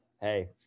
hey